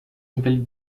nouvelle